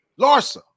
Larsa